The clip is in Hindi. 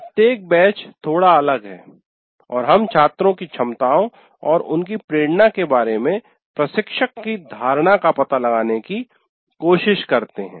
प्रत्येक बैच थोड़ा अलग है और हम छात्रों की क्षमताओं और उनकी प्रेरणा के बारे में प्रशिक्षक की धारणा का पता लगाने की कोशिश करते हैं